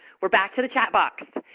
we're back to the chat box.